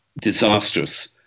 disastrous